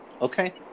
Okay